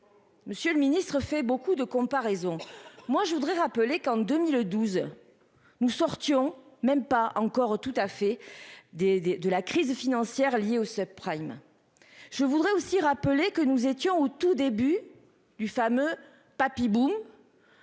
Monsieur le Ministre, fait beaucoup de comparaisons. Moi je voudrais rappeler qu'en 2012. Nous sortions même pas encore tout à fait des des de la crise financière liée aux subprimes. Je voudrais aussi rappeler que nous étions au tout début du fameux papy boom.